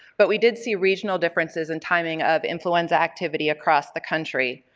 but we did see regional differences in timing of influenza activity across the country,